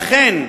אכן,